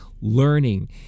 learning